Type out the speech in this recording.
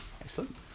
Excellent